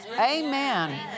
Amen